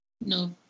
no